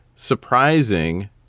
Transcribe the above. Surprising